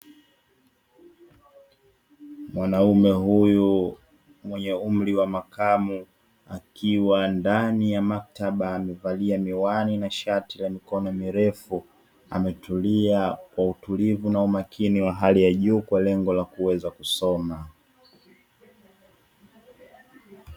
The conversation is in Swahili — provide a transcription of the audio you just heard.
Mwanaume huyu mwenye umri wa makamo akiwa ndani ya maktaba amevalia miwani na shati la mikono mirefu ametulia kwa utulivu na umakini wa hali ya juu kwa lengo la kuweza kusoma.